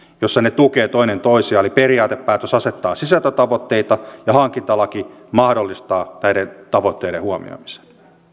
jossa ne tukevat toinen toistaan eli periaatepäätös asettaa sisältötavoitteita ja hankintalaki mahdollistaa näiden tavoitteiden huomioimisen